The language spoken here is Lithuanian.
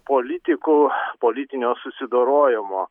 politikų politinio susidorojimo